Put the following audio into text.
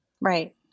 Right